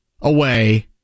away